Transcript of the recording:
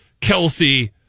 Kelsey